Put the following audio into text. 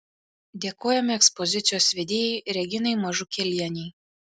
dėkojame ekspozicijos vedėjai reginai mažukėlienei